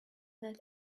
that